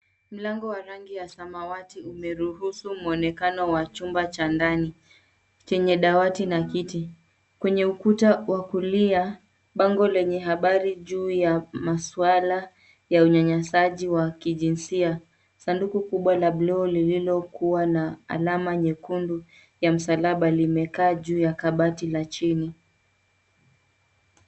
Mlango wa rangi ya samawati umeruhusu mwonekano wa chumba cha ndani, chenye dawati na kiti. Kwenye ukuta wa kulia bango lenye habari juu ya masuala ya unyanyasaji wa kijinsia. Sanduku kubwa la bluu lililokuwa na alama nyekundu ya msalaba limekaa juu ya kabati la chini.